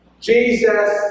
Jesus